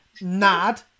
NAD